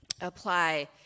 apply